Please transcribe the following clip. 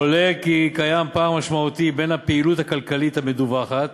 עולה כי קיים פער משמעותי בין הפעילות הכלכלית המדווחת